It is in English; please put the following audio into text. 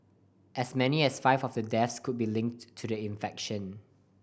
as many as five of the deaths could be linked to the infection